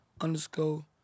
underscore